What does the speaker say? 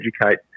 educate